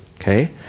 okay